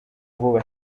vuba